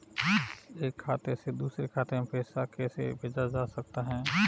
एक खाते से दूसरे खाते में पैसा कैसे भेजा जा सकता है?